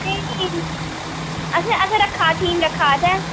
नेईं नेईं असें असें रक्खा थीम रक्खे दा असें